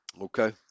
Okay